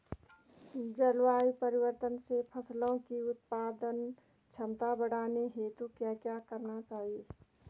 जलवायु परिवर्तन से फसलों की उत्पादन क्षमता बढ़ाने हेतु क्या क्या करना चाहिए?